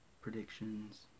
predictions